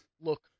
look